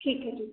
ठीक है जी